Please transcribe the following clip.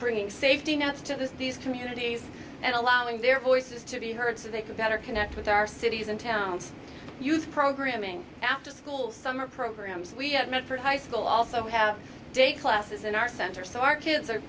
bringing safety nets to the these communities and allowing their voices to be heard so they can better connect with our cities and towns youth programming afterschool summer programs we have met for high school also have day classes in our center so our kids are